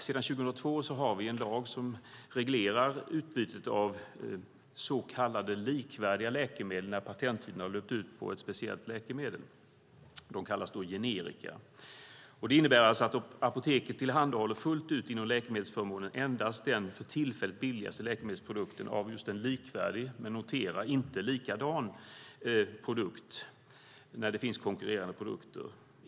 Sedan 2002 har vi en lag som reglerar utbytet av så kallade likvärdiga läkemedel när patenttiden har löpt ut på ett speciellt läkemedel. De kallas då generika. Det innebär att apoteket tillhandahåller fullt ut inom läkemedelsförmånen endast den för tillfället billigaste läkemedelsprodukten av just en likvärdig, men dock inte likadan, produkt när det finns konkurrerande produkter.